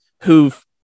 who've